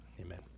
Amen